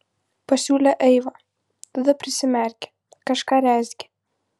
pasiūlė eiva tada prisimerkė kažką rezgė